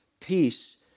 peace